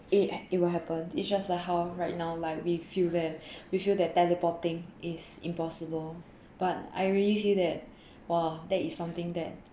it it will happen it's just like how right now like we feel that we feel that teleporting is impossible but I really feel that !wah! that is something that